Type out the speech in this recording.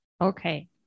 Okay